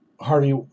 Harvey